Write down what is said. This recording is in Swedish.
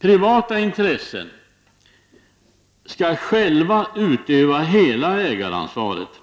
Vår uppfattning är att privata intressen själva skall utöva hela ägaransvaret.